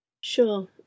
Sure